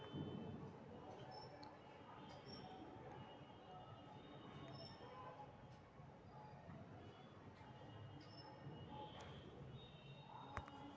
भेड़ कें बियाय के लेल ओकर उमर कमसे कम एक बरख होयके चाही